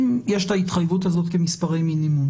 אם יש התחייבות כזאת כמספרי מינימום,